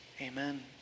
Amen